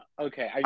Okay